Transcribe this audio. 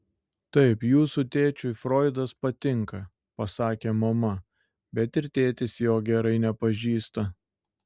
taip jūsų tėčiui froidas patinka pasakė mama bet ir tėtis jo gerai nepažįsta